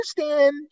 understand